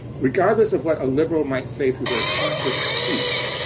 regardless of what a liberal might say through their conscious speech,